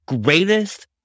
greatest